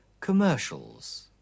commercials